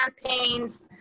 campaigns